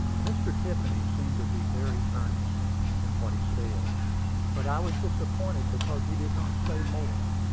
mr. tiffany seemed to be very earnest in what he said but i was disappointed because he did not say more.